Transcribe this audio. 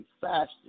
faster